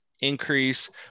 increase